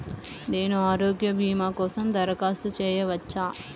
నేను ఆరోగ్య భీమా కోసం దరఖాస్తు చేయవచ్చా?